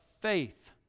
faith